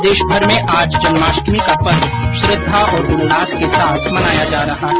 प्रदेशभर में आज जन्माष्टमी का पर्व श्रद्धा और उल्लास के साथ मनाया जा रहा है